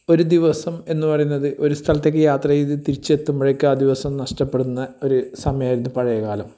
ഒരു ദിവസം എന്നു പറയുന്നത് ഒരു സ്ഥലത്തേക്ക് യാത്ര ചെയ്ത് തിരിച്ചെത്തുമ്പോഴേക്ക് ആ ദിവസം നഷ്ടപ്പെടുന്ന ഒരു സമയമായിരുന്നു പഴയ കാലം